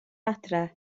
adref